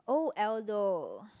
oh Aldo